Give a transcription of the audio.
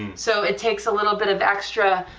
so it takes a little bit of extra